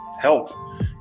help